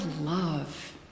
love